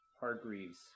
Hargreaves